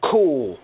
Cool